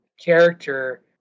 character